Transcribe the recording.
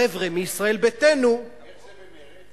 החבר'ה מישראל ביתנו, איך זה במרצ?